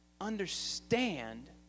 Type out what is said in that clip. understand